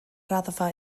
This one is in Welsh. raddfa